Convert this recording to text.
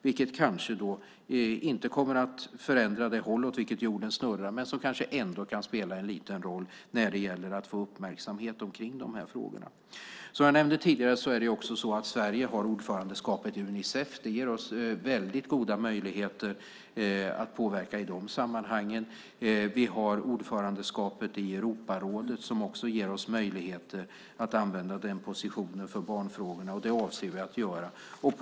Det kommer kanske inte att förändra det håll åt vilket jorden snurrar, men det kan kanske ändå spela en liten roll när det gäller att få uppmärksamhet på frågorna. Som jag nämnde tidigare har Sverige också ordförandeskapet i Unicef. Det ger oss goda möjligheter att påverka i de sammanhangen. Vi har ordförandeskapet i Europarådet, som också ger oss möjligheter att använda den positionen för barnfrågorna. Det avser vi också att göra.